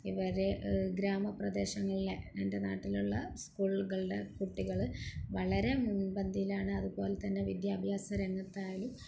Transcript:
ഇവരെ ഗ്രാമപ്രദേശങ്ങളിലെ എൻ്റെ നാട്ടിലുള്ള സ്കൂളുകളിലെ കുട്ടികള് വളരെ മുൻപന്തിയിലാണ് അതുപോലെതന്നെ വിദ്യാഭ്യാസ രംഗത്തായാലും